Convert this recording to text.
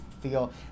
feel